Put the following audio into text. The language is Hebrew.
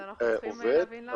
אז אנחנו צריכים להבין למה.